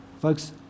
Folks